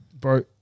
bro